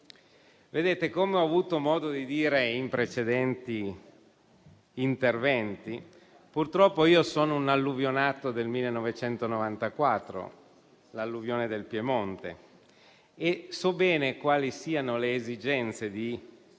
Come ho avuto modo di dire in precedenti interventi, purtroppo io sono un "alluvionato" del 1994 (l'alluvione del Piemonte) e so bene quali siano le esigenze di